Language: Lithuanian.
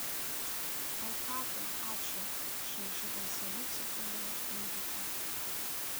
ai ką tu ačiū šaižiu balseliu cyptelėjo ulrika